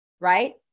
right